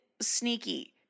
sneaky